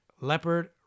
leopard